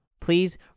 Please